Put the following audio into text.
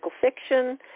fiction